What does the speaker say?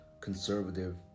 conservative